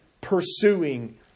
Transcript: pursuing